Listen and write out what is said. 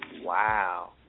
Wow